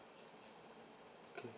okay